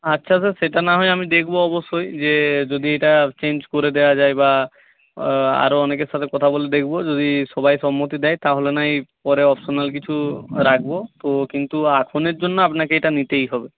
আচ্ছা স্যার সেটা না হয় আমি দেখব অবশ্যই যে যদি এটা চেঞ্জ করে দেওয়া যায় বা আরও অনেকের সাথে কথা বলে দেখব যদি সবাই সম্মতি দেয় তাহলে নয় পরে অপশনাল কিছু রাখব তো কিন্তু এখনের জন্য আপনাকে এটা নিতেই হবে